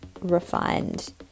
refined